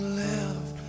left